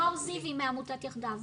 לימור זיו היא מעמותת יחדיו.